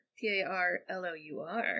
p-a-r-l-o-u-r